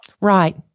Right